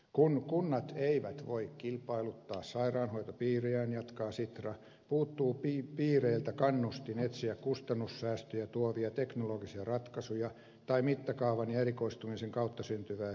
kun kunnat eivät voi kilpailuttaa sairaanhoitopiiriään jatkaa sitra puuttuu piireiltä kannustin etsiä kustannussäästöjä tuovia teknologisia ratkaisuja tai mittakaavan ja erikoistumisen kautta syntyviä hyötyjä